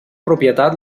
propietat